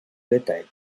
bétail